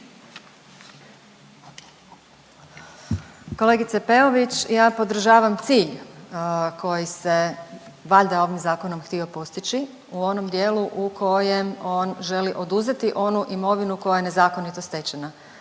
Kolegice Peović ja podržavam cilj koji se valjda ovim zakonom htio postići u onom dijelu u kojem on želi oduzeti onu imovinu koja je nezakonito stečena.